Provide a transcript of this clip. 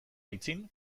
aitzin